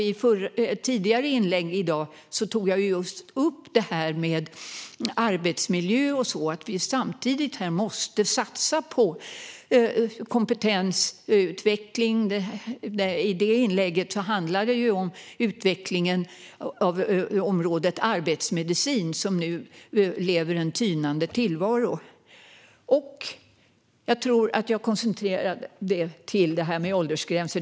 I tidigare inlägg i dag tog jag upp arbetsmiljö och att vi samtidigt måste satsa på kompetens och utveckling. Inlägget handlade om utvecklingen av området arbetsmedicin, som nu för en tynande tillvaro. Men jag tror att jag ska koncentrera mig på detta med åldersgränsen.